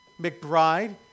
McBride